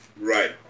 right